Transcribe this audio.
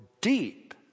deep